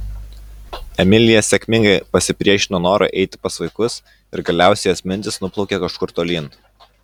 emilija sėkmingai pasipriešino norui eiti pas vaikus ir galiausiai jos mintys nuplaukė kažkur tolyn